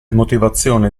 motivazioni